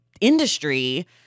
industry